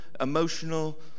emotional